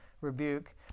rebuke